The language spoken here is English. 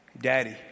Daddy